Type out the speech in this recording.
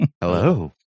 hello